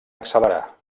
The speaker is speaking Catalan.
accelerar